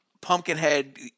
Pumpkinhead